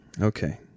Okay